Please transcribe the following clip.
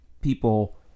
people